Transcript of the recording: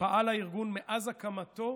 פעל הארגון מאז הקמתו